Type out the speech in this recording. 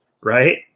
Right